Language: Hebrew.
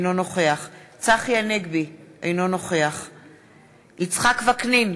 אינו נוכח צחי הנגבי, אינו נוכח יצחק וקנין,